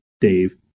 Dave